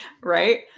right